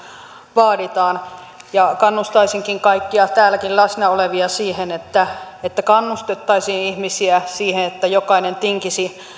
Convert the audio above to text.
vaaditaan kannustaisinkin kaikkia täälläkin läsnä olevia siihen että että kannustettaisiin ihmisiä siihen että jokainen tinkisi